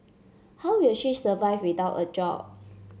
how will she survive without a job